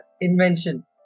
invention